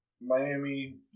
Miami